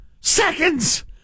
Seconds